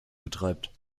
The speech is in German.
betreibt